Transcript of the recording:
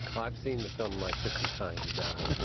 i've seen the film like fifty times now.